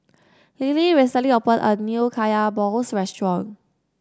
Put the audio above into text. Lillie recently opened a new Kaya Balls restaurant